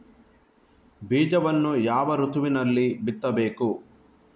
ಬೀಜವನ್ನು ಯಾವ ಋತುವಿನಲ್ಲಿ ಬಿತ್ತಬೇಕು?